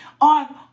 on